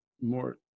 more